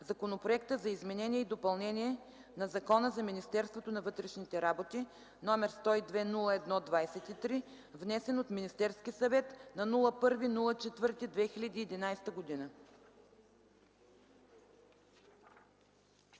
Законопроект за изменение и допълнение на Закона за Министерството на вътрешните работи, № 102-01-23, внесен от Министерския съвет на 1 април 2011 г.”